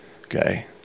Okay